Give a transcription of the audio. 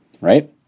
right